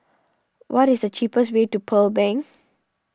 what is the cheapest way to Pearl Bank